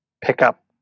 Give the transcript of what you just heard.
pickup